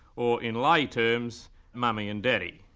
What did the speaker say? or in lay terms mummy and daddy.